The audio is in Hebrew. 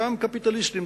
שם קפיטליסטים,